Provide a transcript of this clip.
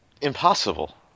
impossible